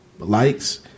Likes